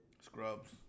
Scrubs